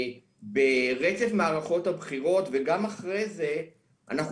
ברצף מערכות הבחירות וגם אחרי זה אנחנו